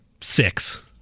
six